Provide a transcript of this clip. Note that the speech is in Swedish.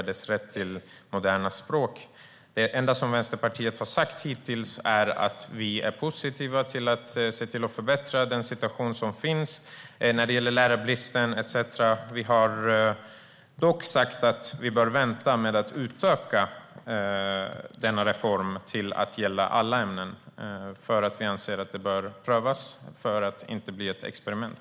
Det enda Vänsterpartiet har sagt hittills är att vi är positiva till att förbättra situationen när det gäller lärarbristen etcetera. Vi har dock sagt att vi bör vänta med att utöka reformen till att gälla alla ämnen därför att vi anser att detta bör prövas så att det inte blir ett experiment.